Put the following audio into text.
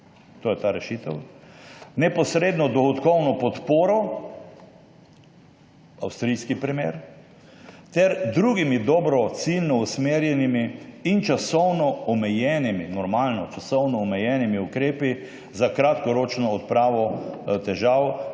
to je ta rešitev, »neposredno dohodkovno podporo,« avstrijski primer, »ter drugimi dobro ciljno usmerjenimi in časovno omejenimi,« normalno, časovno omejenimi, »ukrepi za kratkoročno odpravo težav,